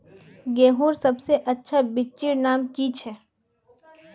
गेहूँर सबसे अच्छा बिच्चीर नाम की छे?